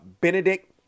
Benedict